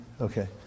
okay